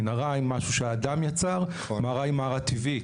מנהרה היא משהו שהאדם יצר, מערה היא מערה טבעית.